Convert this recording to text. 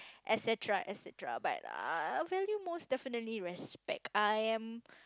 etc etc but uh I value most definitely respect I am